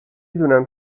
دونم